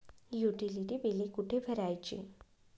Utility बिले कुठे भरायची?